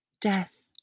death